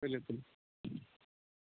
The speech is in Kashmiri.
تُلِو تُلِو